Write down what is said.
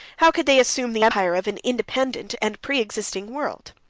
how could they assume the empire of an independent and preexisting world?